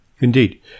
Indeed